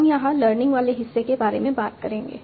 हम यहां लर्निंग वाले हिस्से के बारे में बात करेंगे